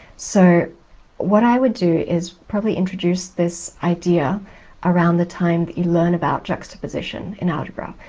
so what i would do is probably introduce this idea around the time that you learn about juxtaposition in algebra,